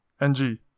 NG